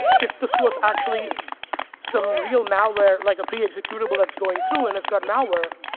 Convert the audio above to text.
if this was actually some real malware, like a pre-executable that's going through and it's got malware,